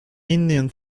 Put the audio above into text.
indian